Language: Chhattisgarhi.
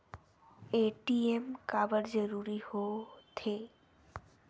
ए.टी.एम काबर जरूरी हो थे?